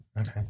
Okay